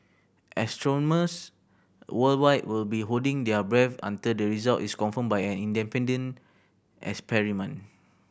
astronomers worldwide will be holding their breath until the result is confirmed by an independent experiment